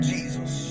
Jesus